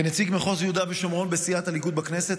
כנציג מחוז יהודה ושומרון בסיעת הליכוד בכנסת,